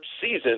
season